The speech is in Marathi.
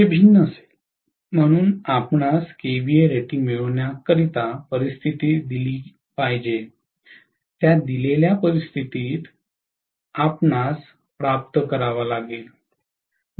ते भिन्न असेल म्हणून आपणास केव्हीए रेटिंग मिळविण्याकरिता परिस्थिती दिली पाहिजे त्या दिलेल्या परिस्थितीत आपल्याला प्राप्त करावे लागेल